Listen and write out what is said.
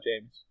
James